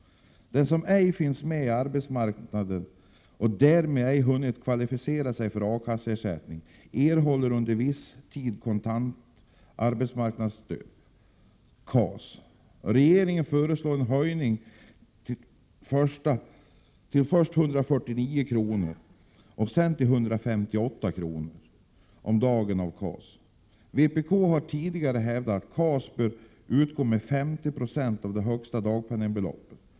De som ej kommit in på arbetsmarknaden och därmed ej hunnit kvalificera sig för A-kasseersättning erhåller under viss tid kontant arbetsmarknadsstöd . Regeringen föreslår en höjning till först 149 kr. och sedan 158 kr. om dagen av KAS. Vpk har tidigare hävdat att KAS bör utgå med 50 96 av högsta dagpenningbelopp.